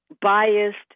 biased